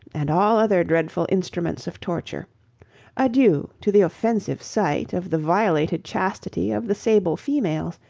and all other dreadful instruments of torture adieu to the offensive sight of the violated chastity of the sable females,